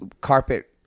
carpet